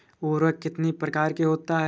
उर्वरक कितनी प्रकार के होता हैं?